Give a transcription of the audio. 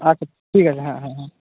আচ্ছা ঠিক আছে হ্যাঁ হ্যাঁ হ্যাঁ